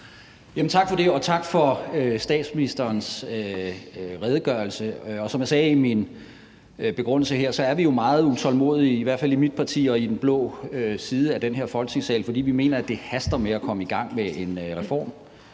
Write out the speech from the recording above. Tak for det, og tak for statsministerens redegørelse. Som jeg sagde i min begrundelse her, er vi jo meget utålmodige, i hvert fald i mit parti og i den blå side af den her Folketingssal, fordi vi mener, at det haster med at komme i gang med en reform.